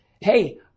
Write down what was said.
Hey